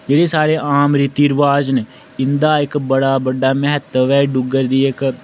जेह्ड़े स्हाड़े आम रीति रवाज न इं'दा इक बड़ा बड्डा म्हतव ऐ डुग्गर दी इक